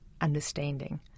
understanding